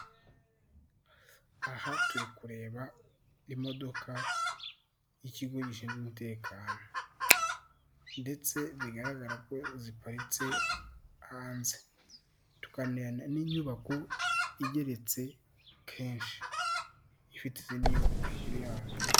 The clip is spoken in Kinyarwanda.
Aha turi kureba imodoka y'ikigo gishinzwe umutekano ndetse bigaragara ko ziparitse hanze tukanabona n'inyubako igeretse kenshi ifite izindi nyubako yazo.